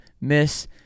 miss